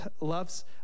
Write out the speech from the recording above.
love's